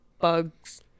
Bugs